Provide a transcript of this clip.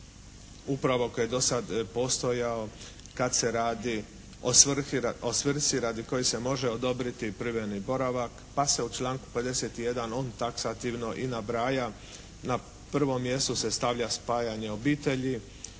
upravo koji je do sad postojao kad se radi o svrsi radi koje se može odobriti privremeni boravak, pa se u članku 51. on taksativno i nabraja. Na prvom mjestu se stavlja spajanje obitelji,